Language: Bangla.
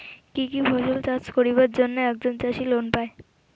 কি কি ফসল চাষ করিবার জন্যে একজন চাষী লোন পায়?